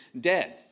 dead